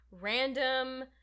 random